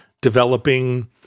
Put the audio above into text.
developing